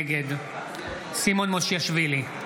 נגד סימון מושיאשוילי,